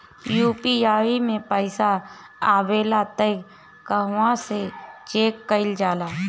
UPI मे पइसा आबेला त कहवा से चेक कईल जाला?